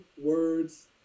words